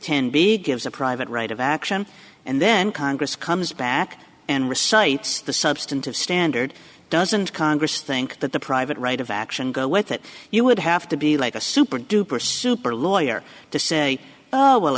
ten big gives a private right of action and then congress comes back and recites the substantive standard doesn't congress think that the private right of action go with it you would have to be like a super duper super lawyer to say oh well